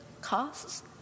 costs